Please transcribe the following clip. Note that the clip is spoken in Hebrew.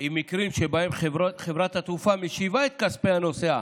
עם מקרים שבהם חברת התעופה משיבה את כספי הנוסע,